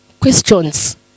questions